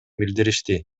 билдиришти